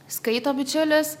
skaito bičiulis